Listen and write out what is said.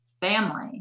family